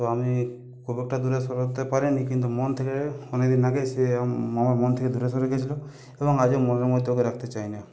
তো আমি খুব একটা দূরে সরে উঠতে পারিনি কিন্তু মন থেকে অনেক দিন আগে সে আমার মন থেকে দূরে সরে গিয়েছিল এবং আজও মনের মধ্যে ওকে রাখতে চাই না